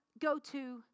go-to